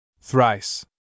thrice